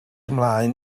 mlaen